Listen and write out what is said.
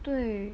对